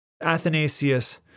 Athanasius